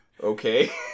Okay